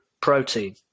protein